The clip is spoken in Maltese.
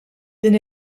din